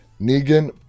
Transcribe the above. Negan